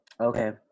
Okay